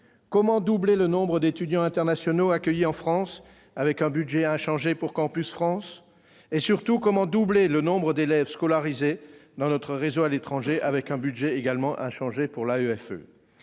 Comment doubler le nombre d'étudiants internationaux accueillis en France avec un budget inchangé pour Campus France ? Surtout, comment doubler le nombre d'élèves scolarisés dans notre réseau à l'étranger, avec un budget également inchangé pour l'AEFE ?